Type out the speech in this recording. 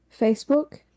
Facebook